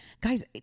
Guys